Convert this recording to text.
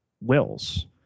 wills